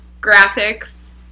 graphics